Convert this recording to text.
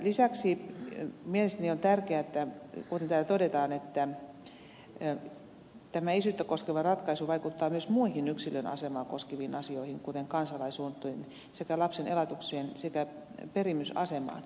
lisäksi mielestäni on tärkeätä kuten täällä todetaan että tämä isyyttä koskeva ratkaisu vaikuttaa myös muihin yksilön asemaa koskeviin asioihin kuten kansalaisuuteen sekä lapsen elatukseen sekä perimysasemaan